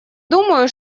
думаю